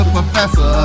Professor